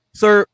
sir